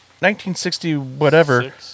1960-whatever